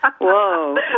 Whoa